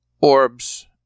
orbs